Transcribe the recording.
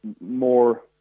more